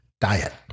diet